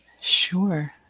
Sure